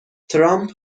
ترامپ